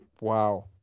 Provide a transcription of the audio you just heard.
Wow